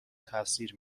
تاثیر